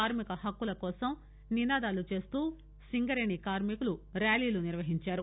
కార్మిక హక్కుల కోసం నినాదాలు చేస్తూ సింగరేణి కార్మికులు ర్యాలీలు నిర్వహించారు